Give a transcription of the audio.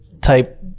type